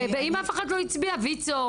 ויצו,